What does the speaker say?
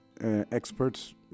experts